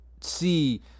see